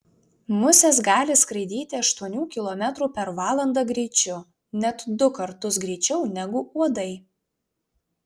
musės gali skraidyti aštuonių kilometrų per valandą greičiu net du kartus greičiau negu uodai